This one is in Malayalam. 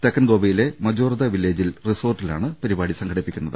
തെക്കൻഗോവയിലെ മജോർദ വില്ലേജിലെ റിസോർട്ടി ലാണ് പരിപാടി സംഘടിപ്പിക്കുന്നത്